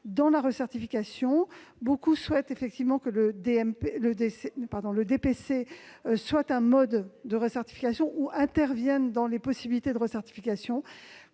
la recertification. Beaucoup souhaitent que le DPC soit un mode de recertification ou intervienne dans les possibilités de recertification.